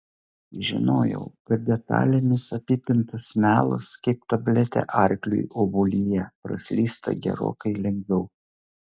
žinojau kad detalėmis apipintas melas kaip tabletė arkliui obuolyje praslysta gerokai lengviau